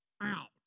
out